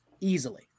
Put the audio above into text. Easily